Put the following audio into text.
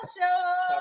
show